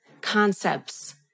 concepts